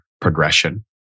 progression